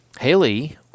Haley